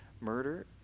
murder